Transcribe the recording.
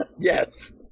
Yes